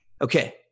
Okay